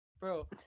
Bro